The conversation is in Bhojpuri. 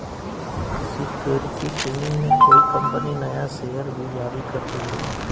सिक्योरिटी ट्रेनिंग में कोई कंपनी नया शेयर भी जारी कर देले